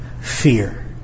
fear